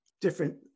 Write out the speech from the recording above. different